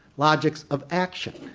logics of action,